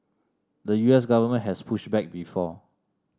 the U S government has pushed back before